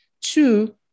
Two